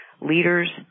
Leaders